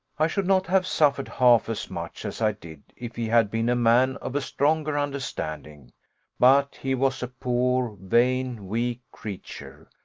i should not have suffered half as much as i did if he had been a man of a stronger understanding but he was a poor, vain, weak creature,